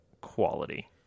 quality